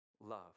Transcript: love